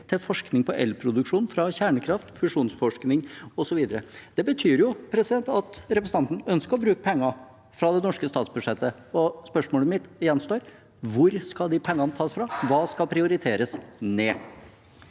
til forskning på elproduksjon fra kjernekraft, fusjonsforskning (…).» Det betyr at representanten ønsker å bruke penger fra det norske statsbudsjettet. Spørsmålet mitt gjenstår: Hvor skal de pengene tas fra? Hva skal prioriteres ned?